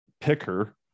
picker